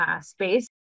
space